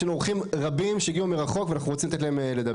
יש לנו אורחים רבים שהגיעו מרחוק ואנחנו רוצים לתת להם לדבר.